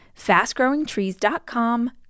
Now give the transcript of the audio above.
FastGrowingTrees.com